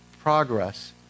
progress